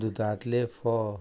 दुदांतले फोव